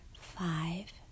five